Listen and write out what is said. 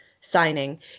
signing